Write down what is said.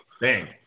Bang